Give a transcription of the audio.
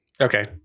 Okay